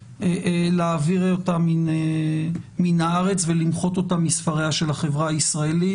להעביר אותה מן הארץ ולמחות אותה מספריה של החברה הישראלית.